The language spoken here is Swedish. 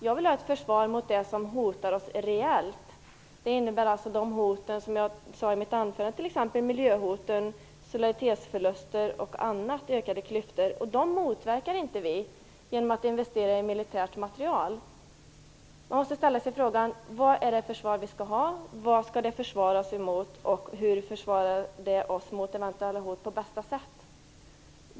Jag vill ha ett försvar mot det som hotar oss reellt. Det innebär alltså de hot som jag nämnde i mitt anförande t.ex. miljöhoten, solidaritetsförlusterna och de ökade klyftorna. Dessa hot motverkar vi inte genom att investera i militärt materiel. Vi måste ställa oss frågan vad det är för försvar vi skall ha, vad det skall försvara oss mot, och hur det skall försvara oss mot eventuella hot på bästa sätt.